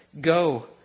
go